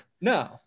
No